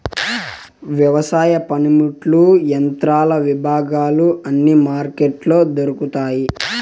వ్యవసాయ పనిముట్లు యంత్రాల విభాగాలు అన్ని మార్కెట్లో దొరుకుతాయి